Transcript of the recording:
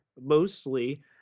mostly